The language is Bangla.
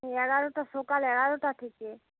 হ্যাঁ এগারোটা সকাল এগারোটা থেকে